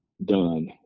done